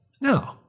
no